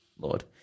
Lord